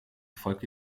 folgte